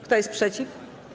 Kto jest przeciw?